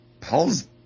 Paul's